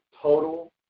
total